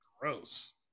Gross